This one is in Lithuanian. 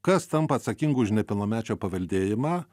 kas tampa atsakingu už nepilnamečio paveldėjimą